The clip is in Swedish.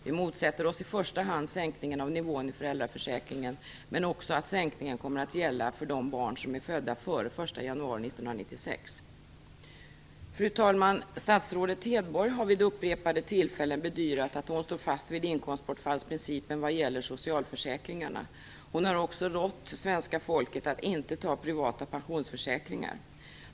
Vi motsätter oss i första hand sänkningen av nivån i föräldraförsäkringen, men också att sänkningen kommer att gälla för de barn som är födda före den 1 januari 1996. Fru talman! Statsrådet Hedborg har vid upprepade tillfällen bedyrat att hon står fast vid inkomstbortfallsprincipen vad gäller socialförsäkringarna. Hon har också rått svenska folket att inte ta privata pensionsförsäkringar.